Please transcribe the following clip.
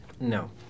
No